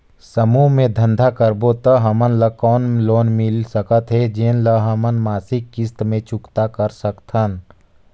समूह मे धंधा करबो त हमन ल कौन लोन मिल सकत हे, जेन ल हमन मासिक किस्त मे चुकता कर सकथन?